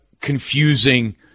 confusing